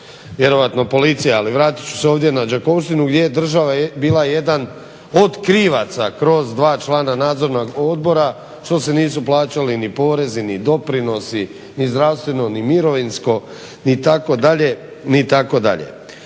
vjerojatno policije. Ali vratit ću se ovdje na Đakovštinu gdje je država bila jedan od krivaca kroz dva člana nadzornog odbora što se nisu plaćali ni porezi ni doprinosi ni zdravstveno ni mirovinsko ni tako dalje, ni tako dalje.